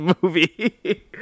movie